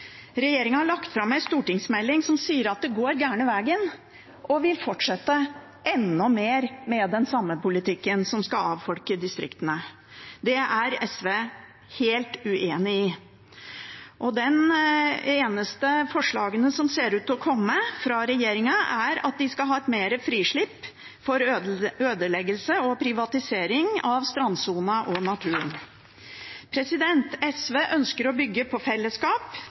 har lagt fram en stortingsmelding som sier at det går den gærne vegen, og de vil fortsette enda mer med den samme politikken, som vil avfolke distriktene. Det er SV helt uenig i. De eneste forslagene som ser ut til å komme fra regjeringen, er at de skal ha mer frislipp for ødeleggelse og privatisering av strandsonen og naturen. SV ønsker å bygge på fellesskap